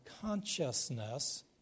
consciousness